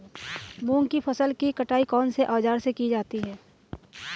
मूंग की फसल की कटाई कौनसे औज़ार से की जाती है?